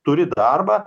turi darbą